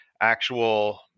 actual